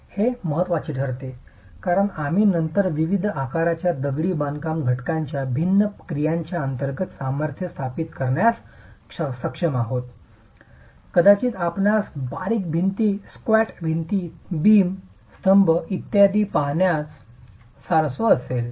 ते महत्त्वाचे ठरते कारण आम्ही नंतर विविध आकाराच्या दगडी बांधकाम घटकांच्या भिन्न क्रियांच्या अंतर्गत सामर्थ्य स्थापित करण्यास सक्षम आहोत कदाचित आपणास बारीक भिंती स्क्वॅट भिंती बिम स्तंभ इत्यादी पाहण्यात स्वारस्य असेल